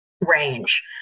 range